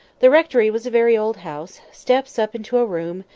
the rectory was a very old house steps up into a room,